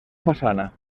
façana